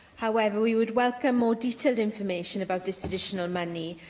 however, we would welcome more detailed information about this additional money,